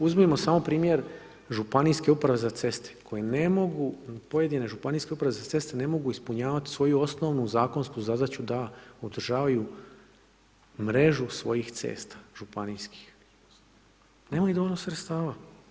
Uzmimo samo primjer županijske uprave za ceste koje ne mogu pojedine županijske uprave za ceste, ne mogu ispunjavati svoju osnovnu zakonsku zadaću da održavaju mrežu svojih cesta županijskih, nemaju dovoljno sredstava.